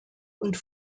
und